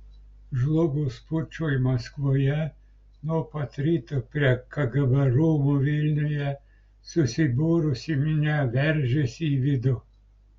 žlugus pučui maskvoje nuo pat ryto prie kgb rūmų vilniuje susibūrusi minia veržėsi į vidų